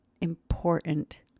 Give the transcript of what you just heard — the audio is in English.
important